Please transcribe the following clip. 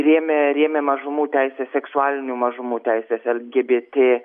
rėmė rėmė mažumų teises seksualinių mažumų teises lgbt